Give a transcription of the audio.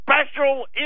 special